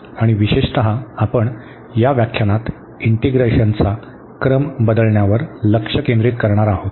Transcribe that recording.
आणि विशेषतः आपण या व्याख्यानात इंटिग्रेशनचा क्रम बदलण्यावर लक्ष केंद्रित करणार आहोत